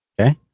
okay